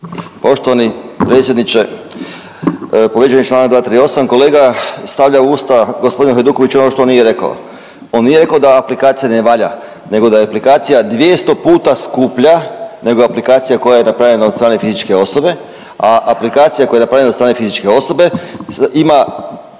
Poštovani predsjedniče povrijeđen je članak 238. kolega stavlja u usta gospodina Hajdukovića ono što on nije rekao. On nije rekao da aplikacija ne valja, nego da je aplikacija 200 puta skuplja nego aplikacija koja je napravljena od strane fizičke osobe, a aplikacija koja je napravljena od strane fizičke osobe ima